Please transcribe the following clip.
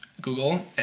Google